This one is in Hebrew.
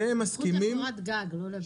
זכות לקורת גג, לא לבית.